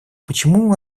почему